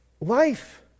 life